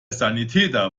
sanitäter